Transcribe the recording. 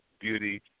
Beauty